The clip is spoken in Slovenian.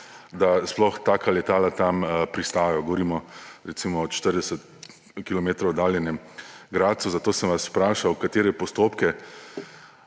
da sploh taka letala tam pristajajo. Govorimo, recimo, o 40 kilometrov oddaljenem Gradcu. Zato sem vas vprašal, katere postopke,